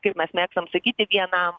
kaip mes mėgstam sakyti vienam